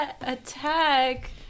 attack